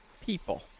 people